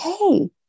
okay